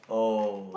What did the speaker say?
oh